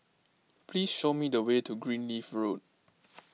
please show me the way to Greenleaf Road